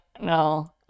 No